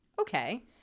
okay